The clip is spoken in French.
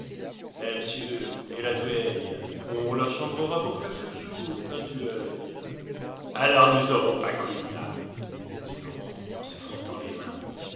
et la duègne on la chambrera pour quelques jours ta duègne alors nous aurons paquita dit laurent en se frottant les mains